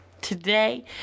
Today